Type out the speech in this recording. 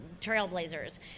trailblazers